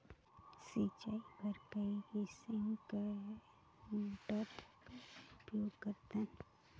सिंचाई बर कई किसम के मोटर कर उपयोग करथन?